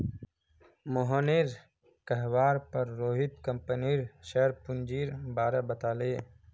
मोहनेर कहवार पर रोहित कंपनीर शेयर पूंजीर बारें बताले